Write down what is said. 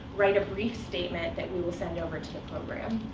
write a brief statement that we will send over to the program.